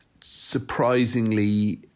surprisingly